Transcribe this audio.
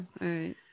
right